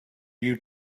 you